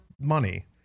money